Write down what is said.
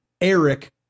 Eric